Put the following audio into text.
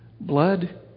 Blood